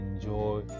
enjoy